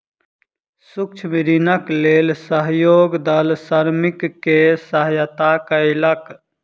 सूक्ष्म ऋणक लेल सहयोग दल श्रमिक के सहयता कयलक